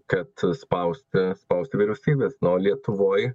kad spausti spaust vyriausybes nu o lietuvoj